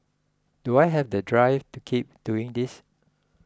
do I have the drive to keep doing this